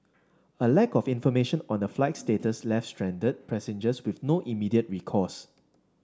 a lack of information on the flight's status left stranded passengers with no immediate recourse